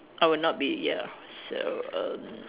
I would not be ya so erm